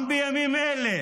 גם בימים אלה